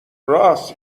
رآس